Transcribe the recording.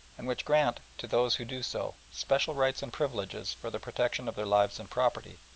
and which grant to those who do so, special rights and privileges for the protection of their lives and property,